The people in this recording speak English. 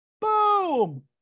Boom